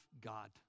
God